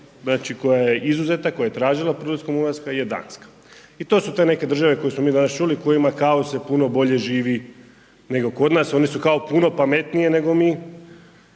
koja je izuzeta, koja je tražila prilikom ulaska je Danska i to su te neke države koje smo mi danas čuli u kojima kao se puno bolje živi nego kod nas, oni su kao puno pametniji nego mi.